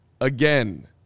Again